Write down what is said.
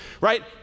right